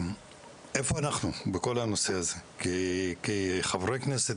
איפה אנחנו בכל הנושא הזה כחברי כנסת,